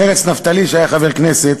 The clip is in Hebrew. פרץ נפתלי, שהיה חבר כנסת,